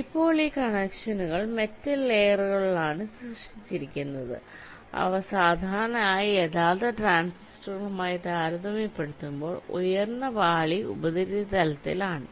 ഇപ്പോൾ ഈ കണക്ഷനുകൾ മെറ്റൽ ലെയറുകളിലാണ് സൃഷ്ടിച്ചിരിക്കുന്നത് അവ സാധാരണയായി യഥാർത്ഥ ട്രാൻസിസ്റ്ററുകളുമായി താരതമ്യപ്പെടുത്തുമ്പോൾ ഉയർന്ന പാളി ഉപരിതലത്തിൽ ആണ്